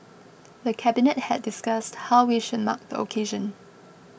the Cabinet had discussed how we should mark the occasion